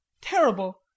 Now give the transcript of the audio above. terrible